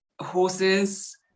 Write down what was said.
horses